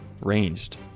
ranged